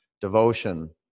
Devotion